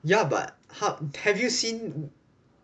ya but hub~ have you seen